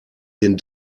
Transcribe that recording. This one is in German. den